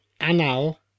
Anal